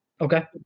okay